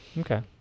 Okay